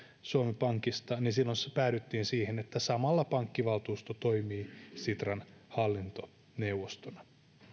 suomen pankista niin silloin päädyttiin siihen että samalla pankkivaltuusto toimii sitran hallintoneuvostona